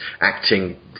acting